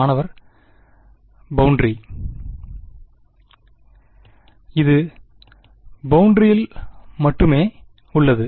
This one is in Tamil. மாணவர் பௌண்டரி இது பௌண்டரியில் மட்டுமே உள்ளது